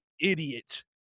idiot